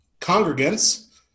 congregants